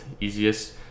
easiest